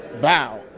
bow